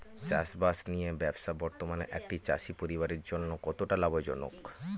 চাষবাষ নিয়ে ব্যবসা বর্তমানে একটি চাষী পরিবারের জন্য কতটা লাভজনক?